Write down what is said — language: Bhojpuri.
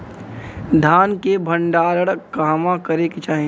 धान के भण्डारण कहवा करे के चाही?